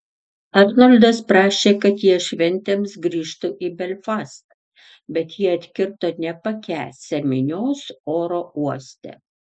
arnoldas prašė kad jie šventėms grįžtų į belfastą bet jie atkirto nepakęsią minios oro uoste